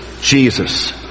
Jesus